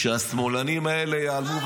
--- מחר בשעה 09:00 --- כשהשמאלנים האלה ייעלמו,